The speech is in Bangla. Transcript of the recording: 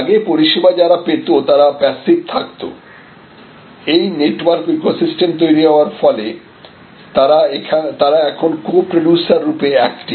আগে পরিষেবা যারা পেত তারা প্যাসিভ থাকতো এই নেটওয়ার্ক ও ইকোসিস্তেম তৈরি হওয়ার ফলে তারা এখান কো প্রডিউসার রূপে একটিভ